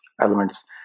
elements